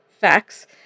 facts